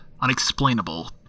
unexplainable